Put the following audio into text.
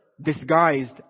disguised